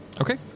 okay